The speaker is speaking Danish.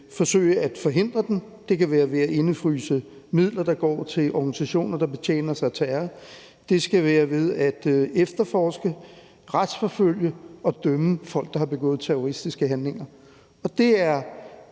forsøge at forhindre den. Det kan være ved at indefryse midler, der går til organisationer, der betjener sig af terror, og det skal være ved at efterforske, retsforfølge og dømme folk, der har begået terroristiske handlinger, og det er